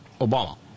Obama